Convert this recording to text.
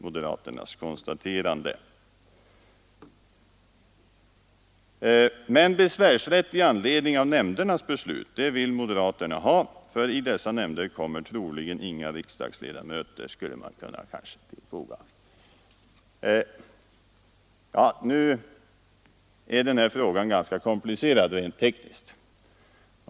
Men besvärsrätt i anledning av nämndernas beslut vill moderaterna ha — för i dessa nämnder blir det troligen inga riksdagsledamöter, skulle man kanske kunna tillfoga. Nu är emellertid denna fråga ganska komplicerad rent tekniskt.